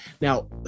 Now